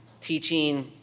Teaching